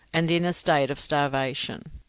and in a state of starvation.